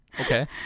Okay